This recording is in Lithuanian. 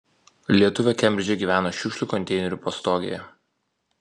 lietuvė kembridže gyveno šiukšlių konteinerių pastogėje